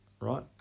right